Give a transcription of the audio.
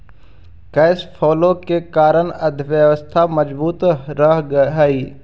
cash flow के कारण अर्थव्यवस्था मजबूत रहऽ हई